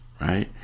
right